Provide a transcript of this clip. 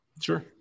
sure